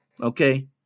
Okay